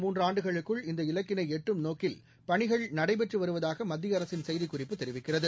மூன்றுஆண்டுகளுக்குள் இந்த இலக்கினைஎட்டும் அடுத்த நோக்கில்பணிகள் நடைபெற்றுவருவதாகமத்தியஅரசின் செய்திக்குறிப்பு தெரிவிக்கிறது